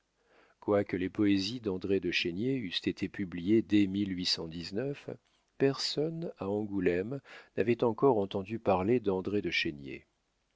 quoique les poésies d'andré de chénier eussent été publiées dès personne à angoulême n'avait encore entendu parler d'andré de chénier